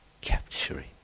capturing